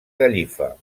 gallifa